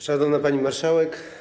Szanowna Pani Marszałek!